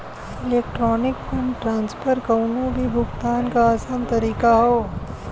electronic fund transfer कउनो भी भुगतान क आसान तरीका हौ